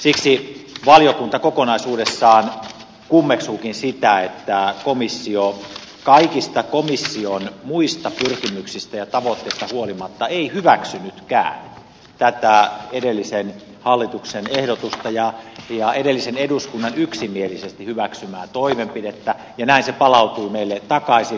siksi valiokunta kokonaisuudessaan kummeksuukin sitä että komissio kaikista komission muista pyrkimyksistä ja tavoitteista huolimatta ei hyväksynytkään tätä edellisen hallituksen ehdotusta ja edellisen eduskunnan yksimielisesti hyväksymää toimenpidettä ja näin se palautui meille takaisin